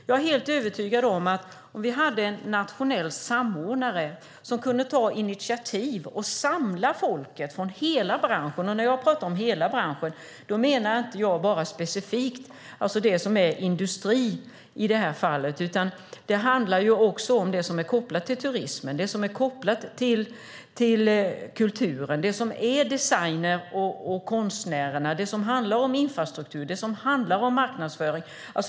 Jag är helt övertygad om att det behövs en nationell samordnare som kan ta initiativ och samla folket från hela branschen. När jag talar om hela branschen menar jag inte bara specifikt det som är industri, utan det handlar också om det som är kopplat till turismen och kulturen - designer och konstnärer, infrastruktur och marknadsföring.